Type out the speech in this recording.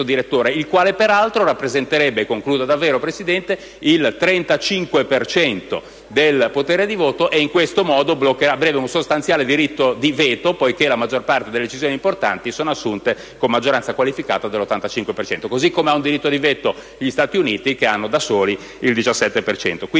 direttore, il quale peraltro rappresenterebbe il 35 per cento del potere di voto. In questo modo avrebbe un sostanziale diritto di veto, poiché la maggior parte delle decisioni importanti sono assunte con maggioranza qualificata dell'85 per cento, così come hanno un diritto di veto gli Stati Uniti che hanno da soli il 17 per